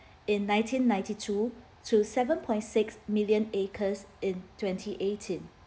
in nineteen ninety two to seven point six million acres in twenty eighteen